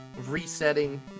resetting